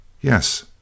Yes